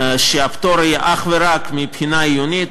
שהפטור יהיה אך ורק מהבחינה העיונית,